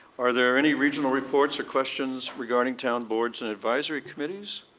are there any regional reports or questions regarding down boards and advisory committees?